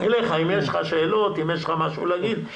אם יש לך שאלות או משהו לומר,